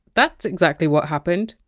that's exactly what happened.